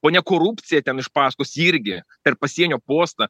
o ne korupcija ten iš pasakos irgi per pasienio postą